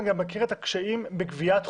אני לא רואה סיבה למה לא.